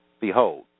Behold